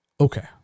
okay